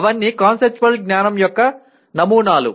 అవన్నీ కాన్సెప్చువల్ జ్ఞానం యొక్క నమూనాలు